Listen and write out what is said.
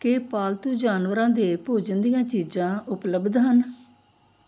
ਕੀ ਪਾਲਤੂ ਜਾਨਵਰਾਂ ਦੇ ਭੋਜਨ ਦੀਆਂ ਚੀਜ਼ਾਂ ਉਪਲਬਧ ਹਨ